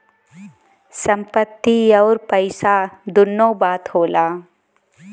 संपत्ति अउर पइसा दुन्नो बात होला